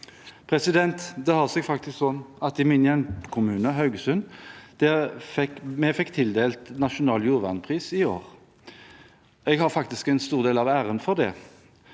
bygge ut. Det har seg faktisk sånn at min hjemkommune, Haugesund, ble tildelt nasjonal jordvernpris i år. Jeg har faktisk en stor del av æren for det.